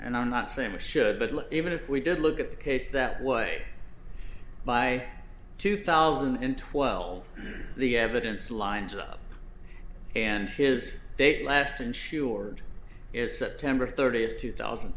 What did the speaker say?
and i'm not saying we should but even if we did look at the case that way by two thousand and twelve the evidence lines up and his date last insured is september thirtieth two thousand